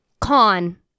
Con